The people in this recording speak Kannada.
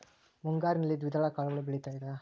ಮುಂಗಾರಿನಲ್ಲಿ ದ್ವಿದಳ ಕಾಳುಗಳು ಬೆಳೆತೈತಾ?